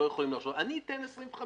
אני אתן 25